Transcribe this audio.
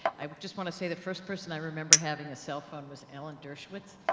i just want to say the first person i remember having a cell phone was alan dershowitz.